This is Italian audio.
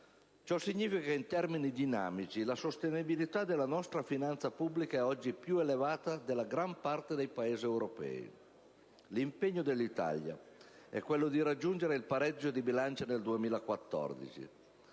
Ciò significa che in termini dinamici la sostenibilità della nostra finanza pubblica è oggi più elevata di quella della gran parte dei Paesi europei. L'impegno dell'Italia è quello di raggiungere il pareggio di bilancio nel 2014.